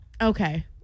Okay